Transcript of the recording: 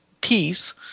peace